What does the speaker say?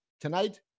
tonight